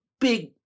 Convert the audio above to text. big